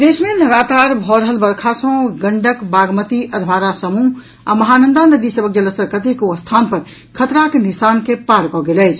प्रदेश मे लगातार भऽ रहल वर्षा सँ गंडक बागमती अधवारा समूह आ महानंदा नदी सभक जलस्तर कतेको स्थान पर खतराक निशान के पार कऽ गेल अछि